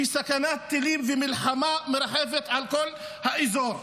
שסכנת טילים ומלחמה מרחפת על כל האזור.